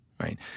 right